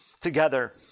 together